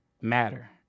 matter